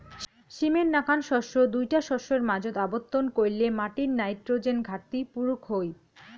সীমের নাকান শস্য দুইটা শস্যর মাঝোত আবর্তন কইরলে মাটির নাইট্রোজেন ঘাটতি পুরুক হই